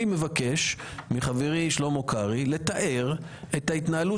אני מבקש מחברי שלמה קרעי לתאר את ההתנהלות